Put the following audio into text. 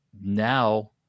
now